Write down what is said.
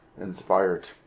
inspired